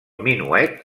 minuet